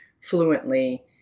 fluently